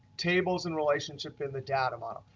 tables and relationship in the data model.